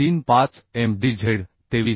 35 Mdz 23